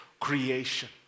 creation